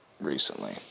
recently